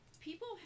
people